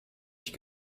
ich